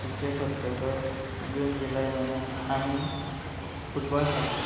cricket सोपतकच जून जुलय म्हयन्यांत आमी फुटबॉल खेळटात